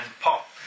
pop